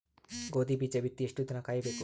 ಗೋಧಿ ಬೀಜ ಬಿತ್ತಿ ಎಷ್ಟು ದಿನ ಕಾಯಿಬೇಕು?